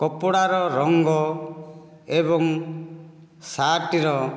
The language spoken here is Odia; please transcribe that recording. କପଡ଼ାର ରଙ୍ଗ ଏବଂ ସାର୍ଟର